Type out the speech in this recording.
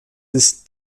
ist